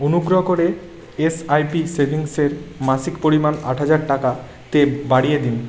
অনুগ্রহ করে এসআইপি সেভিংসের মাসিক পরিমাণ আট হাজার টাকাতে বাড়িয়ে দিন